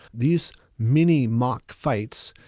these mini mock fights,